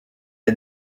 y’a